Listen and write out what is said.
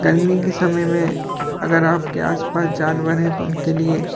गर्मी के समय में अगर आपके आस पास जानवर हैं तो उनके लिए